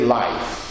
life